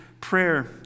prayer